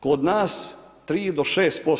Kod nas 3 do 6%